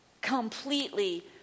completely